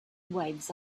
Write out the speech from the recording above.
waves